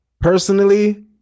personally